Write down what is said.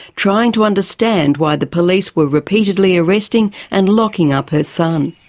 trying to understand why the police were repeatedly arresting and locking up her son.